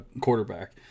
quarterback